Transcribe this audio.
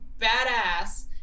badass